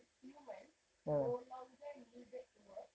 if humans no longer needed to work